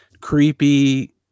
creepy